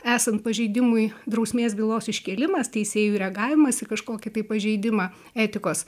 esant pažeidimui drausmės bylos iškėlimas teisėjų reagavimas į kažkokį tai pažeidimą etikos